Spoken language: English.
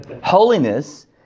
Holiness